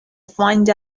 find